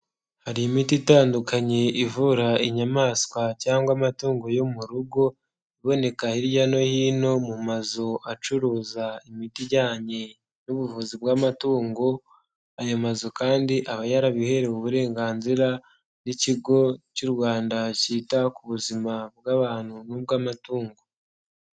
Hari imiti itandukanye ivura inyamaswa cyangwa amatungo yo mu rugo iboneka hirya no hino mu mazu acuruza imiti ijyanye n'ubuvuzi bw'amatungo, aya mazu kandi aba yarabiherewe uburenganzira n'ikigo cy'u Rwanda kita ku buzima bw'abantu n'ubw'amatungo.